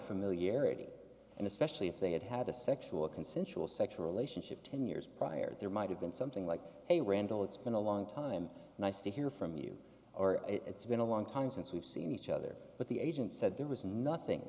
familiarity and especially if they had had a sexual consensual sexual relationship ten years prior there might have been something like a randall it's been a long time nice to hear from you or it's been a long time since we've seen each other but the agent said there was nothing